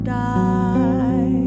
die